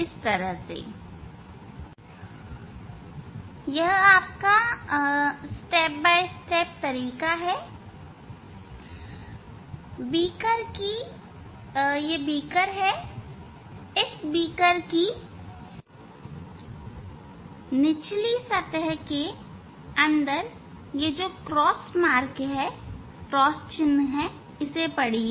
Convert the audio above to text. यह क्रमशः तरीका है बीकर की निचली सतह के अंदर X चिन्ह को पढ़िए